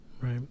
Right